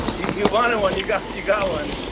you wanted one, you got but you got one.